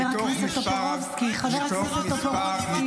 הכבישים --- אנחנו רואים בעיקר את ההתפתחות של הפקקים.